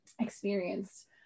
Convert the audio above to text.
experienced